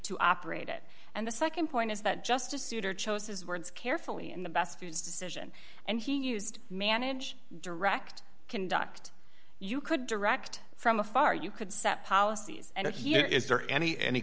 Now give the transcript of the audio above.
to operate it and the nd point is that justice souter chose his words carefully in the best foods decision and he used manage direct conduct you could direct from afar you could set policies and here is there any any